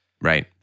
Right